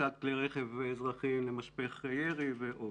כניסת כלי רכב אזרחיים למשפך הירי ועוד.